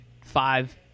five